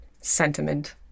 Sentiment